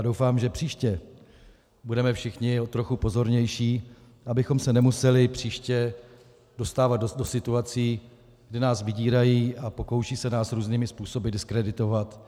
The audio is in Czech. Doufám, že příště budeme všichni trochu pozornější, abychom se nemuseli příště dostávat do situací, kdy nás vydírají a pokoušejí se nás různými způsoby diskreditovat.